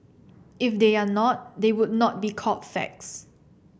if they are not they would not be called facts